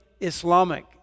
Islamic